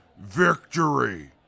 VICTORY